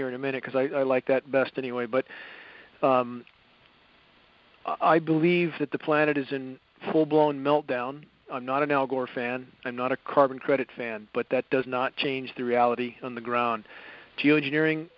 here in a minute because i like that best anyway but i believe that the planet is in full blown meltdown i'm not an al gore fan i'm not a carbon credit fan but that does not change the reality on the ground